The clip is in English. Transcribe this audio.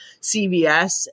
CVS